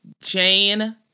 Jane